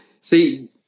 See